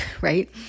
right